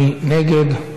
מי נגד?